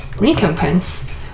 Recompense